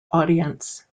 audience